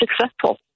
successful